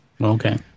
Okay